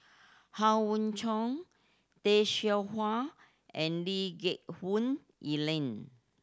Howe Yoon Chong Tay Seow Huah and Lee Geck Hoon Ellen